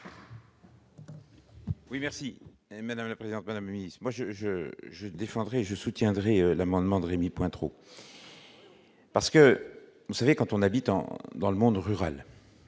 Oui merci madame la présidente, madame Luis moi je, je, je défendrai, je soutiendrai l'amendement de Rémy-Cointreau parce que vous savez quand on habite en dans le monde rural